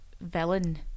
villain